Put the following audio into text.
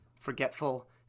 forgetful